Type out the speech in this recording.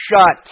shut